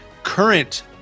Current